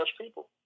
people